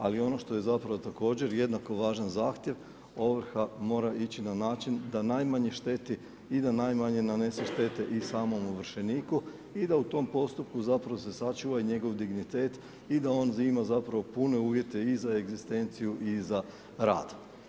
Ali ono što je zapravo također jednako važan zahtjev ovrha mora ići na način da najmanje šteti i da najmanje nanese štete i samom ovršeniku i da u tom postupku zapravo se sačuva i njegov dignitet i da on ima zapravo pune uvjete i za egzistenciju i za rad.